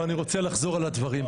ואני רוצה לחזור על הדברים.